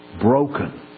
broken